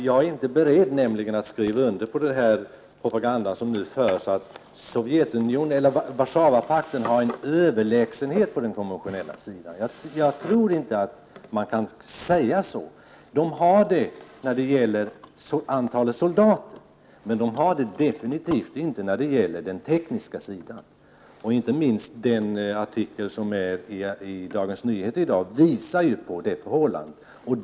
Jag är inte beredd att skriva under på den propaganda som nu förs, att Warszawapakten har en överlägsenhet på den konventionella sidan. Jag tror inte att man kan säga så. Man har en övervikt när det gäller antalet soldater men definitivt inte på det tekniska området. Detta förhållande visas inte minst av en artikel i dagens nummer av Dagens Nyheter.